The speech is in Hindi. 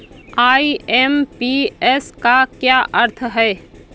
आई.एम.पी.एस का क्या अर्थ है?